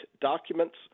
documents